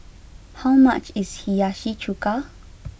how much is Hiyashi chuka